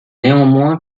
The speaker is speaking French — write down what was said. néanmoins